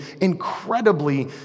incredibly